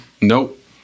Nope